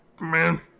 Man